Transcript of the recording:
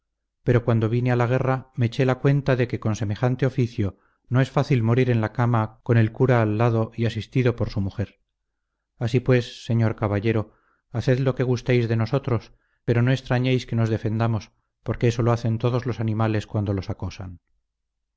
pero cuando vine a la guerra me eché la cuenta de que con semejante oficio no es fácil morir en la cama con el cura al lado y asistido por su mujer así pues señor caballero haced lo que gustéis de nosotros pero no extrañéis que nos defendamos porque eso lo hacen todos los animales cuando los acosan